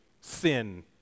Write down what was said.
sin